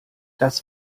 das